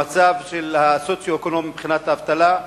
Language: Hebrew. המצב הסוציו-אקונומי מבחינת האבטלה,